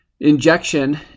injection